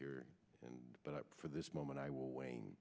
here and but for this moment i will wane